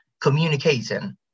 communicating